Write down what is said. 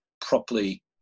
properly